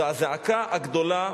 זה הזעקה הגדולה,